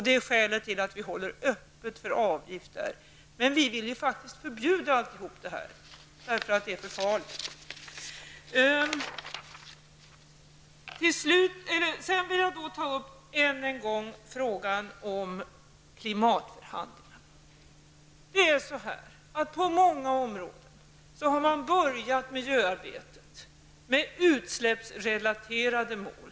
Detta är skälet till att vi håller frågan om avgifter öppen. Men vi vill faktiskt förbjuda alltihop för att det är för farligt. Sedan vill jag ännu en gång ta upp frågan om klimatförhandlingar. På många områden har man börjat miljöarbetet med utsläppsrelaterade mål.